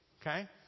okay